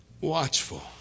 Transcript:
watchful